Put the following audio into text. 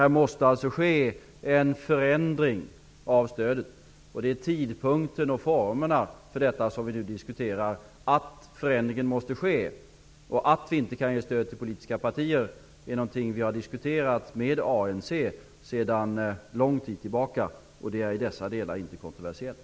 Här måste alltså ske en förändring av stödet. Det är tidpunkten och formerna för detta som vi nu diskuterar. Att förändringen måste ske och att vi inte kan ge stöd till politiska partier är något vi har diskuterat med ANC sedan lång tid tillbaka. Det är i dessa delar inte kontroversiellt.